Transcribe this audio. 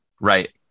Right